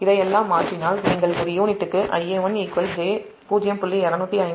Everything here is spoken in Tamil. இதையெல்லாம் மாற்றினால் நீங்கள் ஒரு யூனிட்டுக்கு Ia1 j0